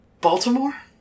Baltimore